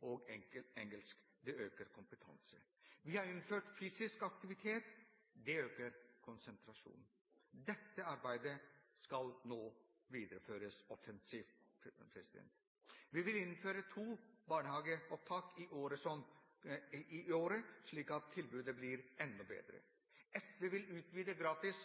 og engelsk. Det øker kompetansen. Vi har innført fysisk aktivitet. Det øker konsentrasjonen. Dette arbeidet skal nå videreføres offensivt. Vi vil innføre to barnehageopptak i året, slik at tilbudet blir enda bedre. SV vil utvide gratis